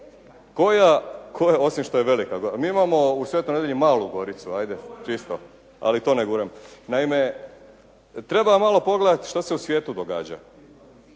ono, osim što je velika. Mi imao u Svetoj Nedelji Malu Goricu, ajde čisto, ali to ne guram. Naime, treba malo pogledati što se u svijetu događa.